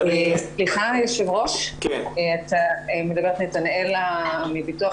סליחה, היושב ראש, מדברת נתנאלה מביטוח לאומי.